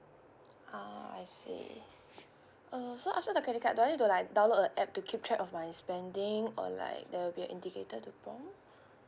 ah I see uh so after the credit card do I need to like download the app to keep track of my spending or like there will be a indicator to prompt